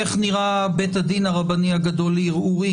איך נראה בית הדין הרבני הגדול לערעורים